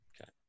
Okay